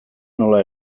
nola